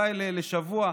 אולי לשבוע,